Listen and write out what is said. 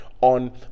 on